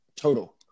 Total